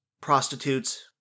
prostitutes